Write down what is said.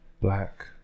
black